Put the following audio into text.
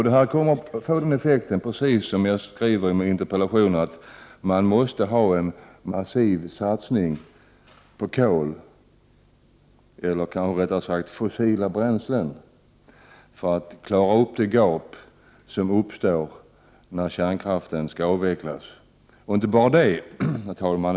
Detta kommer, precis som jag skrivit i min interpellation, att få den effekten att man måste göra en massiv satsning på fossila bränslen för att brygga över det gap som uppstår när kärnkraften skall avvecklas. Och inte bara det, herr talman!